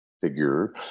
figure